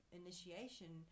initiation